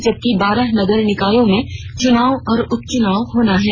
जबकि बारह नगर निकायों में चुनाव और उपचुनाव होने है